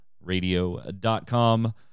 radio.com